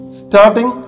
starting